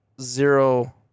zero